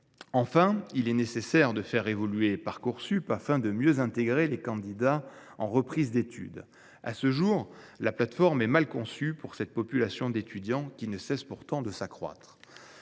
Enfin, il est nécessaire de faire évoluer Parcoursup, afin de mieux intégrer les candidats en reprise d’études. À ce jour, la plateforme est mal conçue pour cette population d’étudiants, qui ne cesse pourtant de croître.